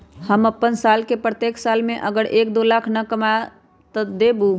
हम अपन साल के प्रत्येक साल मे अगर एक, दो लाख न कमाये तवु देम?